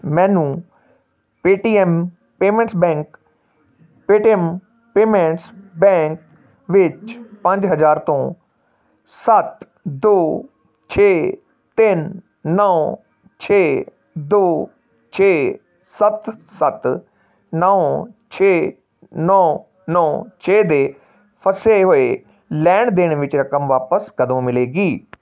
ਮੈਨੂੰ Paytm payments bank Paytm payments bank ਵਿੱਚ ਪੰਜ ਹਜ਼ਾਰ ਤੋਂ ਸੱਤ ਦੋ ਛੇ ਤਿੰਨ ਨੌਂ ਛੇ ਦੋ ਛੇ ਸੱਤ ਸੱਤ ਨੌਂ ਛੇ ਨੌਂ ਨੌਂ ਛੇ ਦੇ ਫਸੇ ਹੋਏ ਲੈਣ ਦੇਣ ਵਿੱਚ ਰਕਮ ਵਾਪਸ ਕਦੋਂ ਮਿਲੇਗੀ